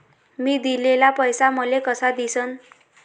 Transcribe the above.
मी दिलेला पैसा मले कसा दिसन?